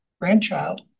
Grandchild